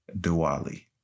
Diwali